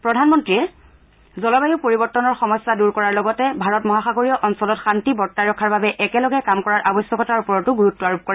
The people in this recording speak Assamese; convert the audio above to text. প্ৰধানমন্ত্ৰীয়ে জলবায়ু পৰিৱৰ্তনৰ সমস্যা দূৰ কৰাৰ লগতে ভাৰত মহাসাগৰীয় অঞ্চলত শান্তি বৰ্তাই ৰখাৰ বাবে একেলগে কাম কৰাৰ আৱশ্যকতাৰ ওপৰতো গুৰুত আৰোপ কৰে